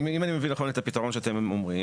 אם אני מבין נכון את הפתרון שאתם אומרים,